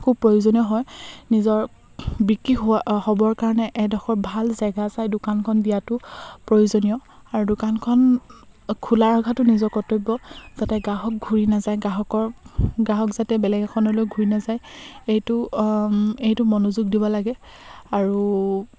খুব প্ৰয়োজনীয় হয় নিজৰ বিক্ৰী হোৱা হ'বৰ কাৰণে এডখৰ ভাল জেগা চাই দোকানখন দিয়াতো প্ৰয়োজনীয় আৰু দোকানখন খোলা ৰখাটো নিজৰ কৰ্তব্য যাতে গ্ৰাহক ঘূৰি নাযায় গ্ৰাহকৰ গ্ৰাহক যাতে বেলেগ এখনলৈ ঘূৰি নাযায় এইটো এইটো মনোযোগ দিব লাগে আৰু